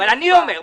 את זה אני אומר.